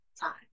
time